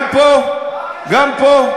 גם פה, גם פה.